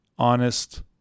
honest